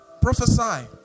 Prophesy